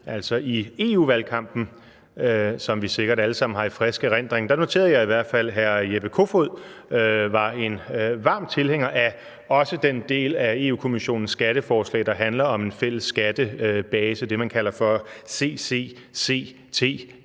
Altså, i EU-valgkampen, som vi sikkert alle sammen har i frisk erindring, noterede jeg i hvert fald, at hr. Jeppe Kofod var en varm tilhænger af også den del af Europa-Kommissionens skatteforslag, der handler om en fælles skattebase, det man kalder for CCCTB – så